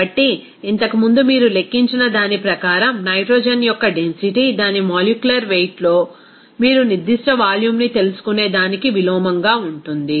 కాబట్టి ఇంతకుముందు మీరు లెక్కించిన దాని ప్రకారం నైట్రోజన్ యొక్క డెన్సిటీ దాని మాలిక్యులర్ వెయిట్ లో మీరు నిర్దిష్ట వాల్యూమ్ని తెలుసుకునే దానికి విలోమంగా ఉంటుంది